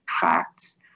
facts